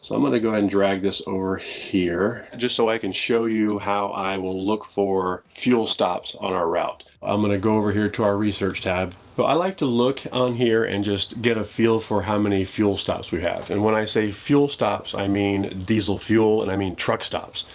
so i'm gonna go ahead and drag this over here, just so i can show you how i will look for fuel stops on our route. i'm gonna go over here to our research tab, but i like to look on here and just get a feel for how many fuel stops we have. and when i say fuel stops, i mean diesel fuel and i mean truck stops.